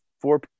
four